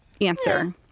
answer